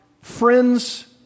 friends